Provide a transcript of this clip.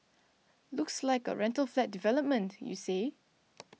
looks like a rental flat development you say